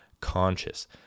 conscious